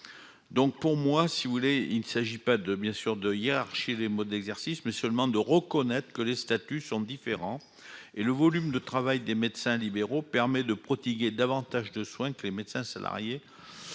vous voulez, il ne s'agit pas de bien sûr de hiérarchie des modes d'exercice mais seulement de reconnaître que les statuts sont différents et le volume de travail des médecins libéraux permet de protéger davantage de soins que les médecins salariés.